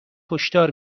هشدار